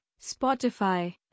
Spotify